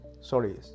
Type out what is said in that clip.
Sorry